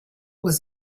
was